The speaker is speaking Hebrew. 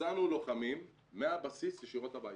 הסענו לוחמים מהבסיס ישירות הביתה.